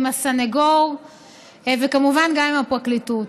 עם הסניגור וכמובן גם עם הפרקליטות.